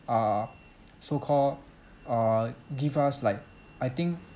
uh so called err give us like I think